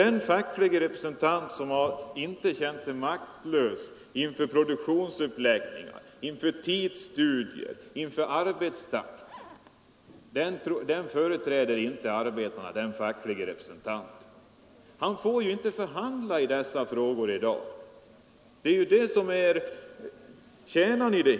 Den facklige representant som inte har känt sig maktlös inför produktionsuppläggning, inför tidsstudier, inför arbetstakt, han företräder inte arbetarna. Han får ju inte förhandla i dessa frågor i dag. Det är ju det som är kärnan i problemet.